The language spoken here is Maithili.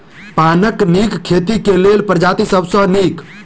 पानक नीक खेती केँ लेल केँ प्रजाति सब सऽ नीक?